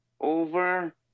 over